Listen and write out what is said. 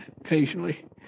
occasionally